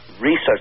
research